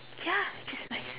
ya just like